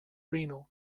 renal